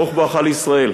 ברוך בואך לישראל: